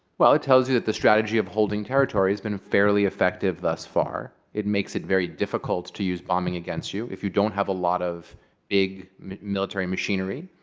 well, it tells you that the strategy of holding territory has been fairly effective thus far. it makes it very difficult to use bombing against you. if you don't have a lot of big military machinery,